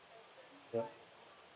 yup